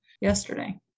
yesterday